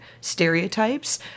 stereotypes